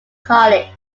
college